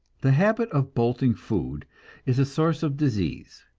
the habit of bolting food is a source of disease.